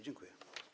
Dziękuję.